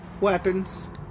Weapons